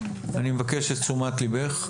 אני מבקש את תשומת ליבך,